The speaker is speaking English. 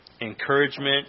encouragement